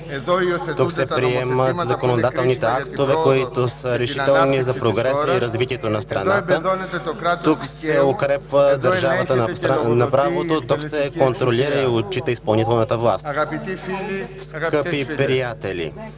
тук се приемат законодателните актове, които са решаващи за прогреса и развитието на страната, тук се укрепва държавата на правото, тук се контролира и отчита изпълнителната власт. Скъпи приятели!